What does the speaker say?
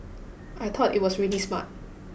I thought it was really smart